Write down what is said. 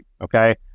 Okay